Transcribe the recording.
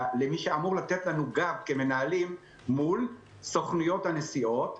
למי שאמור לתת לנו גב כמנהלים מול סוכנויות הנסיעות,